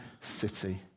city